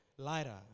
lighter